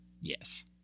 Yes